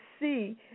see